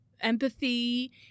empathy